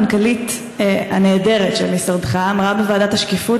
המנכ"לית הנהדרת של משרדך אמרה בוועדת השקיפות